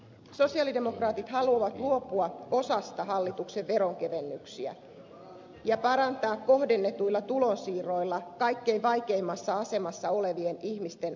sosialidemokraatit haluavat luopua osasta hallituksen veronkevennyksiä ja parantaa kohdennetuilla tulonsiirroilla kaikkein vaikeimmassa asemassa olevien ihmisten asemaa